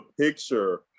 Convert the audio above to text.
picture